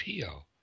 Pio